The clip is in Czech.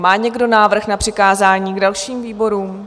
Má někdo návrh na přikázání dalším výborům?